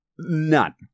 None